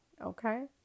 okay